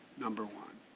number one.